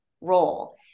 role